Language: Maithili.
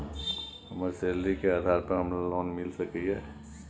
हमर सैलरी के आधार पर हमरा लोन मिल सके ये?